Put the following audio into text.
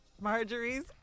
Marjorie's